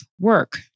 work